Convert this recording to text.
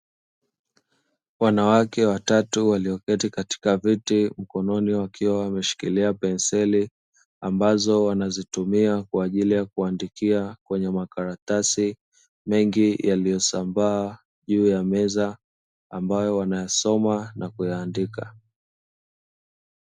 Wnawake watatu walioketi katika viti mkononi wakiwa wameshikilia pemseli ambazo wanazitumia kuandikia kwene makaratasi mengi yaliyo sambaa juu ya meza ambayo wanayasoma na kuyaandika.